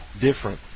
different